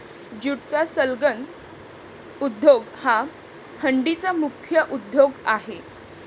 ज्यूटचा संलग्न उद्योग हा डंडीचा मुख्य उद्योग आहे